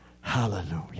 hallelujah